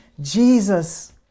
Jesus